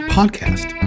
Podcast